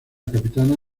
capitana